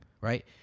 right